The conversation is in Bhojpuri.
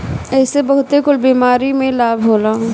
एसे बहुते कुल बीमारी में लाभ होला